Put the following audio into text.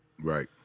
Right